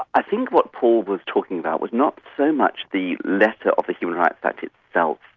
i think what paul was talking about was not so much the letter of the human rights act so